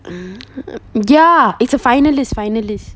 mm ya it's a finalist finalist